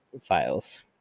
files